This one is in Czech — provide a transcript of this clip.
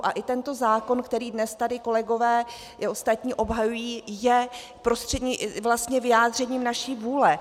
A i tento zákon, který dnes tady kolegové i ostatní obhajují, je vlastně vyjádřením naší vůle.